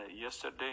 yesterday